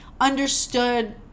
understood